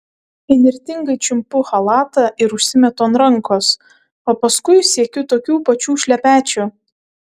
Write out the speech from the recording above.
įnirtingai čiumpu chalatą ir užsimetu ant rankos o paskui siekiu tokių pačių šlepečių